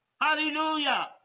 Hallelujah